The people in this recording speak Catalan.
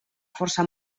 força